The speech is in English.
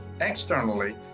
externally